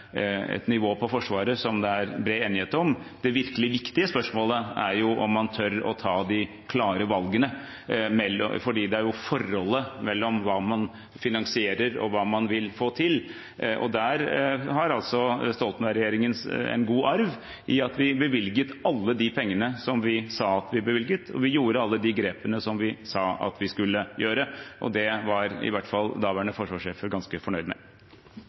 et nivå på Forsvaret som det er bred enighet om. Det virkelig viktige spørsmålet er om man tør å ta de klare valgene. Det gjelder forholdet mellom hva man finansierer, og hva man vil få til. Der har altså Stoltenberg-regjeringen en god arv i at vi bevilget alle de pengene vi sa vi bevilget, og vi tok alle de grepene vi sa vi skulle ta. Det var i hvert fall daværende forsvarssjefer ganske fornøyd med.